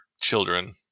children